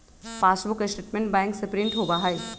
passbook statement bank से print होबा हई